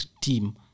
team